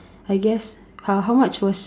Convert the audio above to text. I guess uh how much was